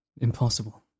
Impossible